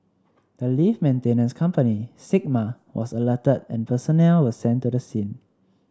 the lift maintenance company Sigma was alerted and personnel were sent to the scene